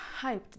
hyped